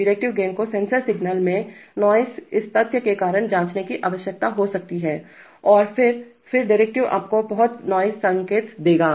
derivative gain को sensor signal में noise इस तथ्य के कारण जांचने की आवश्यकता हो सकता है कि और फिर फिर डेरिवेटिव आपको बहुत नॉइज़ संकेत देगा